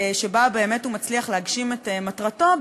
שבה באמת הוא מצליח להגשים את מטרתו,